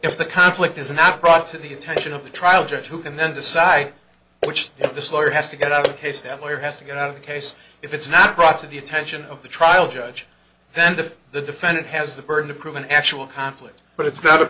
if the conflict is naproxen the attention of the trial judge who can then decide which if this lawyer has to get out the case that lawyer has to get out of the case if it's not brought to the attention of the trial judge then if the defendant has the burden to prove an actual conflict but it's not a